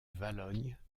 valognes